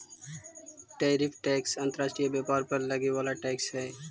tariff tax अंतर्राष्ट्रीय व्यापार पर लगे वाला टैक्स हई